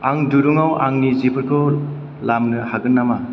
आं दिरुङाव आंनि जिफोरखौ लामनो हागोन नामा